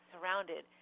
surrounded